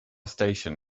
station